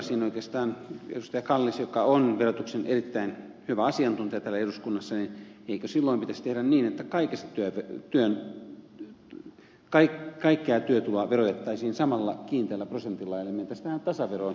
kallis joka on verotuksen erittäin hyvä asiantuntija täällä eduskunnassa eikö silloin pitäisi tehdä niin että kaikkea työtuloa verotettaisiin samalla kiinteällä prosentilla eli mentäisiin tähän tasaveroon